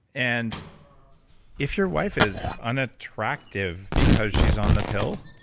and if your wife is unattractive because she's on the pill,